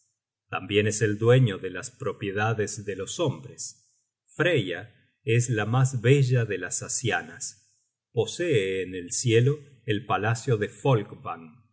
tambien es el dueño de las propiedades de los hombres freya es la mas bella de las asianas posee en el cielo el palacio de folkvang y